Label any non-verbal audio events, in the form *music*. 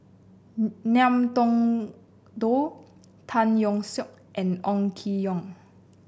*unintelligible* Ngiam Tong Dow Tan Yeok Seong and Ong Keng Yong